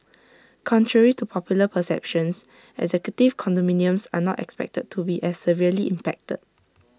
contrary to popular perceptions executive condominiums are not expected to be as severely impacted